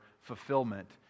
fulfillment